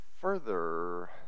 further